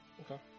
Okay